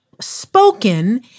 spoken